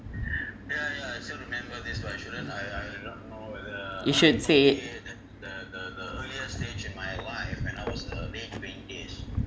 you should say it